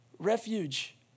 refuge